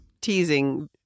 teasing